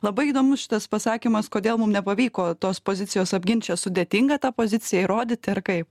labai įdomus šitas pasakymas kodėl mum nepavyko tos pozicijos apgint čia sudėtinga tą poziciją įrodyti ar kaip